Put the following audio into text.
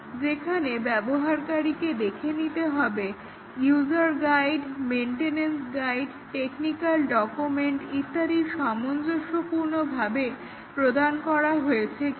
যেখানে ব্যবহারকারীকে দেখে নিতে হবে user guide maintenance guide technical document ইত্যাদি সামঞ্জস্যপূর্ণভাবে প্রদান করা হয়েছে কিনা